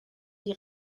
die